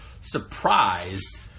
surprised